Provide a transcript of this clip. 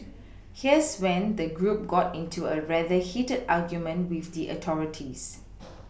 here's when the group got into a rather heated argument with the authorities